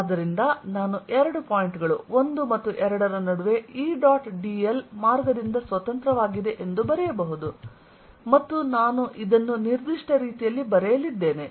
ಆದ್ದರಿಂದ ನಾನು ಎರಡು ಪಾಯಿಂಟ್ ಗಳು 1 ಮತ್ತು 2 ರ ನಡುವೆ E ಡಾಟ್ dl ಮಾರ್ಗದಿಂದ ಸ್ವತಂತ್ರವಾಗಿದೆ ಎಂದು ಬರೆಯಬಹುದು ಮತ್ತು ನಾನು ಇದನ್ನು ನಿರ್ದಿಷ್ಟ ರೀತಿಯಲ್ಲಿ ಬರೆಯಲಿದ್ದೇನೆ